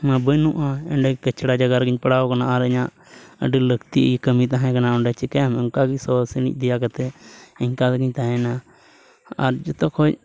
ᱢᱟ ᱵᱟᱹᱱᱩᱜᱼᱟ ᱮᱸᱰᱮ ᱠᱟᱪᱲᱟ ᱡᱟᱭᱜᱟ ᱨᱮᱜᱮᱧ ᱯᱟᱲᱟᱣ ᱟᱠᱟᱱᱟ ᱟᱨ ᱤᱧᱟᱹᱜ ᱟᱹᱰᱤ ᱞᱟᱹᱠᱛᱤ ᱠᱟᱹᱢᱤ ᱛᱟᱦᱮᱸ ᱠᱟᱱᱟ ᱚᱸᱰᱮ ᱪᱮᱠᱟᱭᱟᱢ ᱚᱱᱠᱟᱜᱮ ᱥᱚ ᱥᱤᱬᱤᱡ ᱫᱮᱭᱟ ᱠᱟᱛᱮ ᱮᱝᱠᱟ ᱛᱮᱜᱮᱧ ᱛᱟᱦᱮᱸ ᱭᱮᱱᱟ ᱟᱨ ᱡᱚᱛᱚ ᱠᱷᱚᱡ